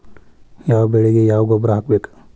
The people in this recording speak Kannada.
ಯಾವ ಬೆಳಿಗೆ ಯಾವ ಗೊಬ್ಬರ ಹಾಕ್ಬೇಕ್?